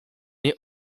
niej